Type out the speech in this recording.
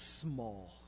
small